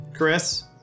Chris